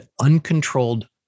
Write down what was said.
uncontrolled